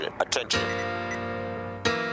Attention